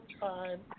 time